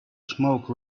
smoke